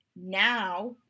Now